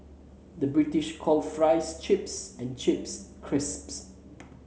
the British calls fries chips and chips crisps